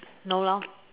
no lor